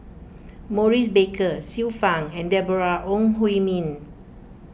Maurice Baker Xiu Fang and Deborah Ong Hui Min